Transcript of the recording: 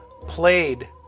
played